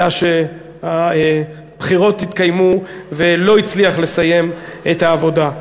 אלא שהתקיימו הבחירות והוא לא הצליח לסיים את העבודה.